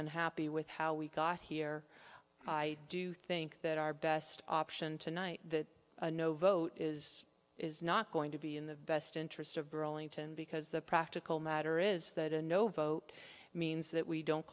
unhappy with how we got here i do think that our best option tonight that a no vote is is not going to be in the best interest of burlington because the practical matter is that a no vote means that we don't